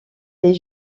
les